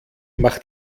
macht